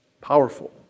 Powerful